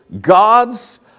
God's